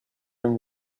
and